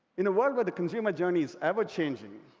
in a world where the consumer journey is ever changeing